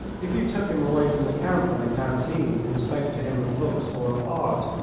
if you took him away from the camp and the canteen, and spoke to him of books or of art,